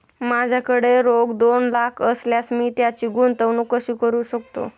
माझ्याकडे रोख दोन लाख असल्यास मी त्याची गुंतवणूक कशी करू शकतो?